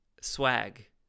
Swag